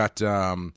got